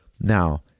Now